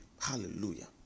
hallelujah